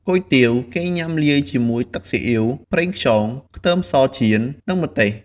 គុយទាវគេញ៉ាំលាយជាមួយទឹកស៊ីអ៊ីវ ប្រេងខ្យង ខ្ទឹមសចៀន និងម្ទេស។